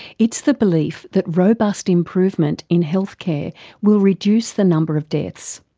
it's the belief that robust improvement in healthcare will reduce the number of deaths.